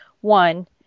One